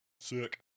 Sick